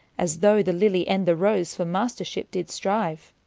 as though the lillye and the rose for mastership did strive.